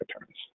returns